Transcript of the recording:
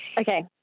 Okay